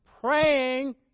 praying